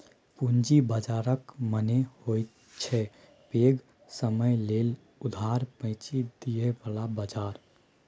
पूंजी बाजारक मने होइत छै पैघ समय लेल उधार पैंच दिअ बला बजार